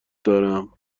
دارم